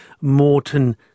Morton